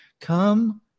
Come